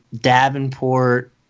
Davenport